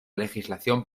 legislación